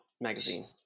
magazine